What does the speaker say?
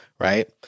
Right